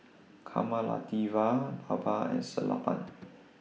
Kamaladevi Baba and Sellapan